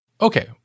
Okay